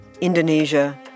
Indonesia